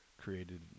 created